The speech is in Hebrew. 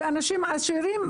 ואנשים עשירים,